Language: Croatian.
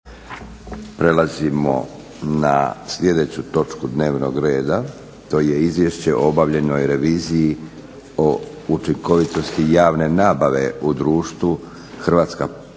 Prelazimo na sljedeću točku dnevnog reda to je - Izvješće o obavljenoj reviziji učinkovitosti javne nabave u društvu HP Hrvatska pošta